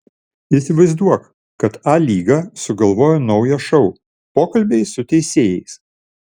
įsivaizduok kad a lyga sugalvoja naują šou pokalbiai su teisėjais